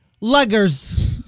Luggers